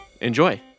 Enjoy